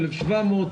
1,700,